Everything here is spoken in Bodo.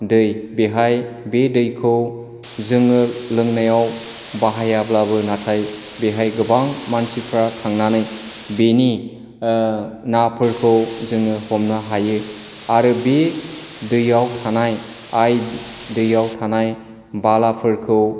दै बेवहाय बे दैखौ जोङो लोंनायाव बाहायाब्लाबो नाथाय बेवहाय गोबां मानसिफोरा थांनानै बेनि नाफोरखौ जोङो हमनो हायो आरो बे दैआव थानाय आय दैआव थानाय बालाफोरखौ